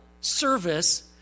service